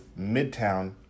Midtown